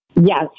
Yes